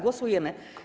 Głosujemy.